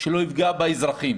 שלא יפגע באזרחים